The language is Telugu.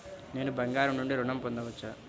నేను బంగారం నుండి ఋణం పొందవచ్చా?